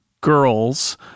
girls